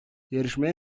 yarışmaya